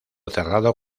cerrado